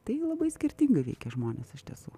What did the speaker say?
tai labai skirtingai veikė žmones iš tiesų